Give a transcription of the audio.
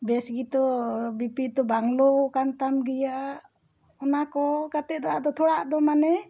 ᱵᱮᱥ ᱜᱮᱛᱚ ᱵᱤᱯᱤ ᱛᱚ ᱵᱟᱝ ᱞᱳᱣ ᱠᱟᱱ ᱛᱟᱢ ᱜᱮᱭᱟ ᱚᱱᱟ ᱠᱚ ᱠᱟᱛᱮᱫ ᱫᱚ ᱟᱫᱚ ᱛᱷᱚᱲᱟ ᱟᱫᱚ ᱢᱟᱱᱮ